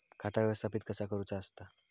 खाता व्यवस्थापित कसा करुचा असता?